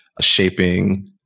shaping